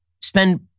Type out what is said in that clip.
spend